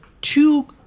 two